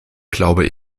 glaube